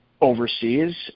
overseas